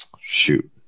shoot –